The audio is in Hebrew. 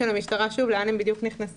המשטרה ויאמר לנו לאן הם בדיוק נכנסים.